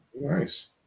Nice